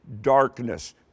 darkness